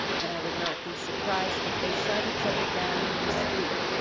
that i would not be surprised if they shot each other down in the street,